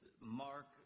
Mark